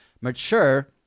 mature